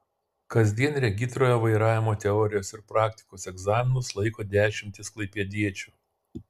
kasdien regitroje vairavimo teorijos ir praktikos egzaminus laiko dešimtys klaipėdiečių